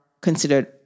considered